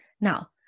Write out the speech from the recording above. Now